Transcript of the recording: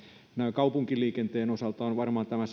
kaupunkiliikenteen osalta on tämä